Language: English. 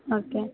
okay